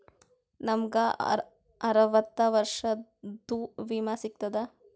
ನಮ್ ಗ ಅರವತ್ತ ವರ್ಷಾತು ವಿಮಾ ಸಿಗ್ತದಾ?